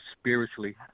spiritually